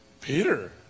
Peter